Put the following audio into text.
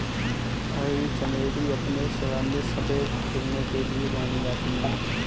अरबी चमेली अपने सुगंधित सफेद खिलने के लिए जानी जाती है